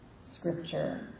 scripture